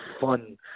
fun